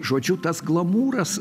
žodžiu tas glamūras